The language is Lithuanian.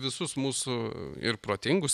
visus mūsų ir protingus